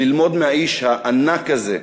ללמוד מהאיש הענק הזה,